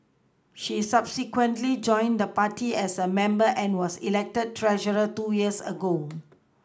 she subsequently joined the party as a member and was elected treasurer two years ago